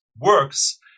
works